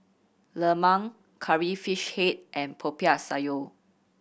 lemang Curry Fish Head and Popiah Sayur